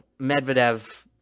Medvedev